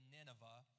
Nineveh